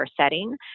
setting